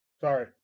Sorry